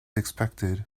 expected